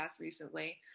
recently